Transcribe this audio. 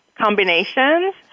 combinations